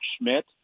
Schmidt